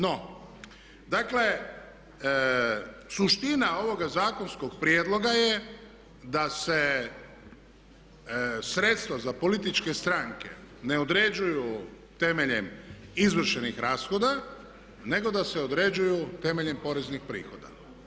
No, dakle suština ovoga zakonskog prijedloga je da se sredstva za političke stranke ne određuju temeljem izvršenih rashoda nego da se određuju temeljem poreznih prihoda.